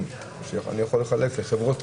לחברות,